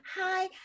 hi